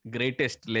Greatest